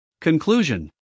Conclusion